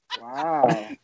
Wow